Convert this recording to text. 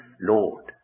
Lord